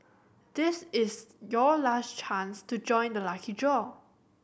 this is your last chance to join the lucky draw